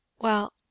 Well